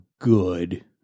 good